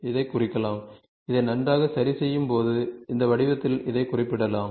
இதைக் குறிக்கலாம் இதை நன்றாகச் சரிசெய்யும்போது இந்த வடிவத்தில் இதைக் குறிப்பிடலாம்